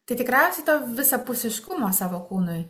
tai tikriausiai to visapusiškumo savo kūnui